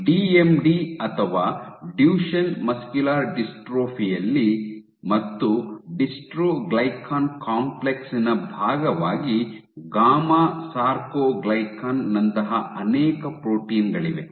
DMD ಅಥವಾ Duchenne muscular dystrophy ಯಲ್ಲಿ ಮತ್ತು ಡಿಸ್ಟ್ರೊಗ್ಲಿಕನ್ ಕಾಂಪ್ಲೆಕ್ಸ್ ನ ಭಾಗವಾಗಿ ಗಾಮಾ ಸಾರ್ಕೊಗ್ಲಿಕನ್ ನಂತಹ ಅನೇಕ ಪ್ರೋಟೀನ್ ಗಳಿವೆ